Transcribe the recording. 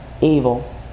evil